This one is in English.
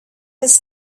his